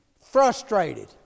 frustrated